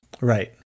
Right